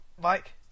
Mike